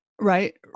Right